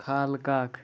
خالہٕ کاک